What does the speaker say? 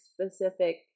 specific